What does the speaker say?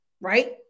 right